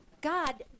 God